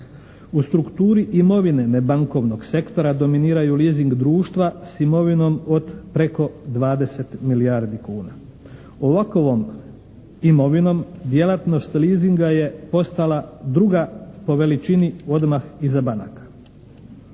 U strukturi imovine nebankovnog sektora dominiraju leasing društva s imovinom od preko 20 milijardi kuna. Ovakovom imovinom djelatnost leasinga je postala druga po veličini odmah iza banaka.